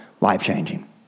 life-changing